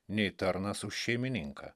nei tarnas už šeimininką